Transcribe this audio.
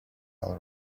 all